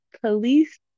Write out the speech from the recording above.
police